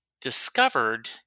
discovered